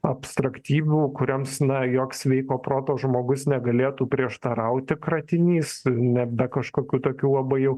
abstraktybių kurioms na joks sveiko proto žmogus negalėtų prieštarauti kratinys ne be kažkokių tokių labai jau